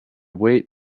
weight